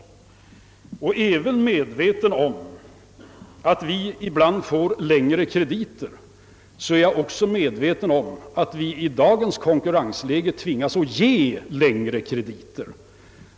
Samtidigt som jag är medveten om att vi ibland erhåller längre krediter är jag också på det klara med att vi i dagens konkurrenslägre tvingas ge längre krediter.